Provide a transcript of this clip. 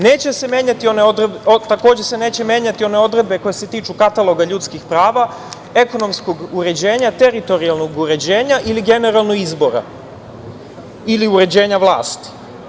Neće se menjati one odredbe, koje se tiču kataloga ljudskih prava, ekonomskog uređenja, teritorijalnog uređenja ili generalno izbora ili uređenja vlasti.